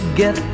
get